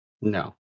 No